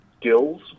Gills